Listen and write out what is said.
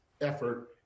effort